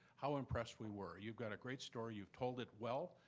how impressed we were. you've got a great story, you've told it well.